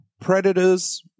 Predators